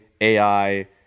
AI